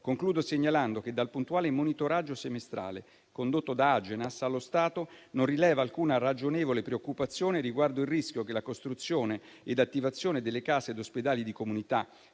Concludo segnalando che dal puntuale monitoraggio semestrale condotto da Agenas, allo stato non rileva alcuna ragionevole preoccupazione riguardo al rischio che la costruzione ed attivazione delle case ed ospedali di comunità